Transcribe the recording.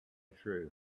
through